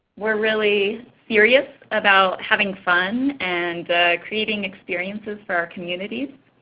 we are really serious about having fun and creating experiences for our community.